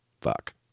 Fuck